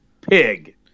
Pig